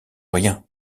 rien